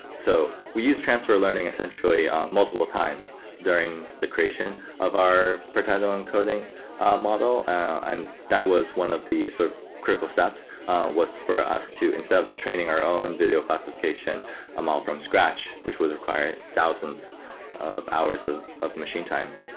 so we use transfer learning essentially multiple times during the creation of our per title encoding model. and that was one of the sort of critical steps was for us to, instead of training our own video classification um all from scratch which would require thousands of hours of of machine time,